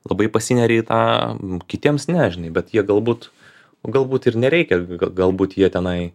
labai pasineria į tą kitiems ne žinai bet jie galbūt galbūt ir nereikia kad galbūt jie tenai